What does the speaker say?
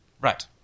Right